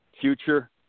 future